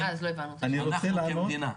אנחנו כמדינה,